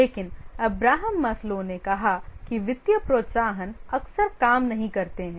लेकिन Abraham Maslow ने कहा कि वित्तीय प्रोत्साहन अक्सर काम नहीं करते हैं